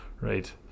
right